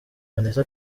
vanessa